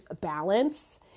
balance